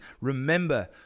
remember